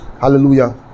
hallelujah